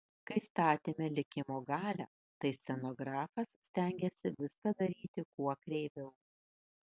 kai statėme likimo galią tai scenografas stengėsi viską daryti kuo kreiviau